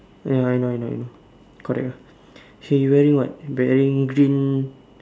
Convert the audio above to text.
ya I know I know I know correct ah she wearing what wearing green